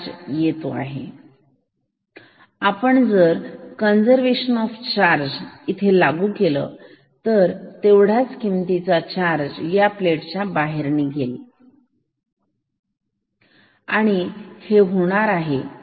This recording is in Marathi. आणि आपण जर कंजर्वेशन ऑफ चार्ज इथे लागू केलं तर तेवढ्याच किमतीचा चार्ज या प्लेट च्या बाहेर ही निघाला पाहिजे आणि हे होणार आहे